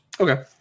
Okay